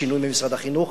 השינוי במשרד החינוך,